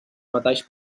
metalls